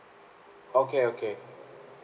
okay okay